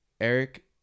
Eric